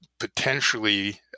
Potentially